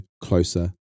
closer